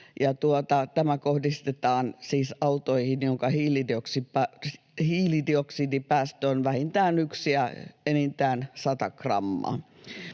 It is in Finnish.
tämä kohdistetaan siis autoihin, joiden hiilidioksidipäästö on vähintään yksi ja enintään sata grammaa.